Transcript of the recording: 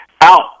out